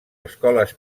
escoles